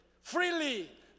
freely